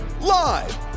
live